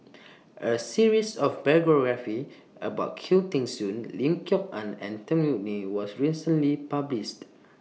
A series of biographies about Khoo Teng Soon Lim Kok Ann and Tan Yeok Nee was recently published